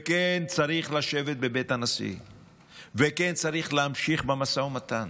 וכן צריך לשבת בבית הנשיא וכן צריך להמשיך במשא ומתן